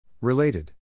Related